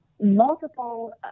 Multiple